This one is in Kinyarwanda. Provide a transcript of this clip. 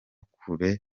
kure